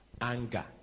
anger